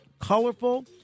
colorful